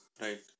Right